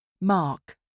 Mark